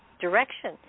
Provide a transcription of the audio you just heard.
direction